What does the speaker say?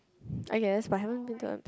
I guess but haven't been to a